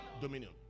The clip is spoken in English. Dominion